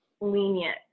lenient